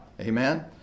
Amen